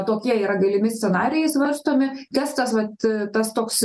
tokie yra galimi scenarijai svarstomi kas tas vat tas toks